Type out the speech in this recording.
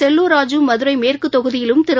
செல்லூர் ராஜூ மதுரை மேற்கு தொகுதியிலும் திரு